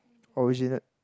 originate